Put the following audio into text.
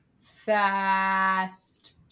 Fast